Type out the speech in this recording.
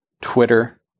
Twitter